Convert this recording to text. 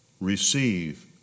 Receive